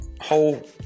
whole